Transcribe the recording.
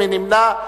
מי נמנע?